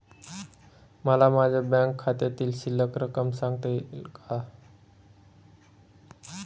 मला माझ्या बँक खात्यातील शिल्लक रक्कम सांगता का?